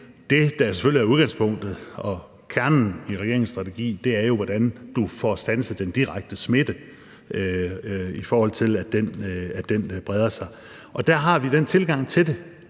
det, der selvfølgelig er udgangspunktet og kernen i regeringens strategi, er jo, hvordan man får standset den direkte smitte, så den ikke breder sig. Der har vi den tilgang til det,